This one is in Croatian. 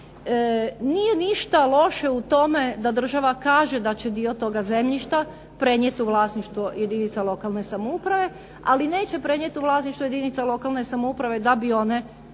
Nije ništa loše u tome da država kaže da će dio toga zemljišta prenijet u vlasništvo jedinica lokalne samouprave, ali neće prenijet u vlasništvo jedinica lokalne samouprave da bi one